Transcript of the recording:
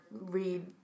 read